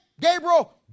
Gabriel